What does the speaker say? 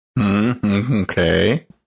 Okay